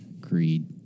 Creed